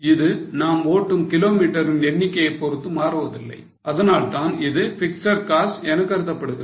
இது நாம் ஓட்டும் கிலோமீட்டரின் எண்ணிக்கையைப் பொறுத்து மாறுவதில்லை அதனால்தான் இது பிக்ஸட் காஸ்ட் என கருதப்படுகிறது